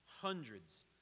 hundreds